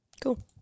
Cool